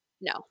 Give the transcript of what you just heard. No